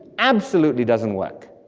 absolutely doesn't work.